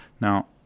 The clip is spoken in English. Now